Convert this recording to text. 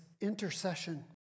intercession